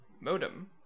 modem